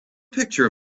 picture